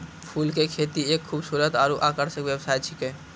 फूल के खेती एक खूबसूरत आरु आकर्षक व्यवसाय छिकै